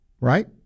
Right